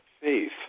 faith